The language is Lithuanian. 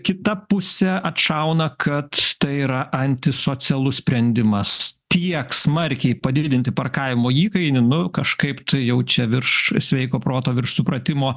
kita pusė atšauna kad tai yra antisocialus sprendimas tiek smarkiai padidinti parkavimo įkainį nu kažkaip tai jau čia virš sveiko proto virš supratimo